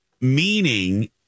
Meaning